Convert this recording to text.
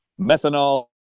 Methanol